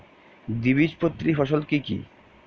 দ্বিবীজপত্রী ফসল কি কি?